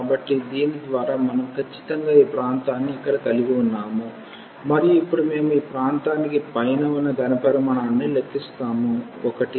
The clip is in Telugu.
కాబట్టి దీని ద్వారా మనం ఖచ్చితంగా ఈ ప్రాంతాన్ని ఇక్కడ కలిగి ఉన్నాము మరియు ఇప్పుడు మేము ఈ ప్రాంతానికి పైన ఉన్న ఘన ఘనపరిమాణాన్ని లెక్కిస్తాము 1